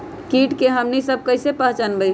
किट के हमनी सब कईसे पहचान बई?